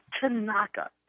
Tanaka